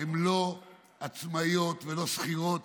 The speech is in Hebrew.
הן לא עצמאיות ולא שכירות,